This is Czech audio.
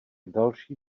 další